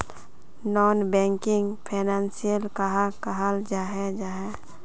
Non banking financial कहाक कहाल जाहा जाहा?